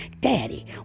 Daddy